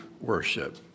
worship